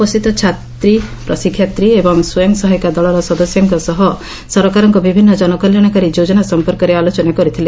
ଉପସ୍ଥିତ ଛାତ୍ରୀ ପ୍ରଶିକ୍ଷାର୍ଥୀ ଓ ସ୍ୱୟଂ ସହାୟିକା ଦଳର ସଦସ୍ୟାଙ୍କ ସହ ସରକାରଙ୍କ ବିଭିନ୍ନ ଜନକଲ୍ୟାଣକାରୀ ଯୋଜନା ସମ୍ମର୍କରେ ଆଲୋଚନା କରିଥିଲେ